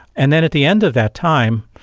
and then at the end of that time,